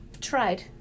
tried